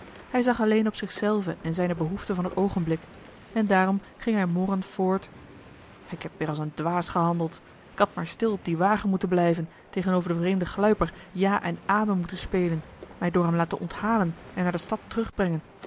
hij zag alleen op zich zelven en zijne behoefte a l g bosboom-toussaint de delftsche wonderdokter eel van het oogenblik en daarom ging hij morrend voort ik heb weêr als een dwaas gehandeld ik had maar stil op dien wagen moeten blijven tegenover den vreemden gluiper ja en amen moeten spelen mij door hem laten onthalen en naar de stad